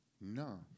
No